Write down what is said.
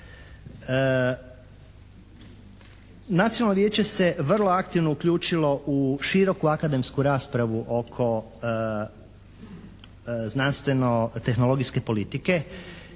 Nacionalno vijeće se vrlo aktivno uključilo u široku akademsku raspravu oko znanstveno tehnologijske politike.